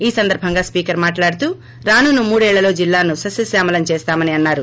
ఈ సందర్బంగా స్పీకర్ మాట్లాడుతూ రానున్న మూడేళ్లలో జిల్లాను సస్యస్వామలం చేస్తామని అన్నారు